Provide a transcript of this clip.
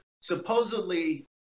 supposedly